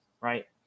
right